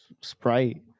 Sprite